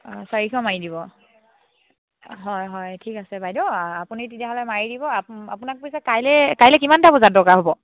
অঁ চাৰিশ মাৰি দিব হয় হয় ঠিক আছে বাইদেউ আপুনি তেতিয়াহ'লে মাৰি দিব আপোনাক পিছে কাইলৈ কাইলৈ কিমানটা বজাত দৰকাৰ হ'ব